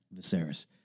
Viserys